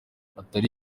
atari